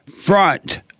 front